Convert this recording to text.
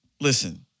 Listen